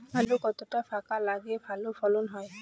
আলু কতটা ফাঁকা লাগে ভালো ফলন হয়?